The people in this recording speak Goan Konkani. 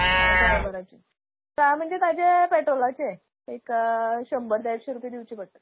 ड्रायव्हराचे म्हणजे ताच्या पॅट्रोलाचे एक शंबर देडशे रुपया दिवचे पडटले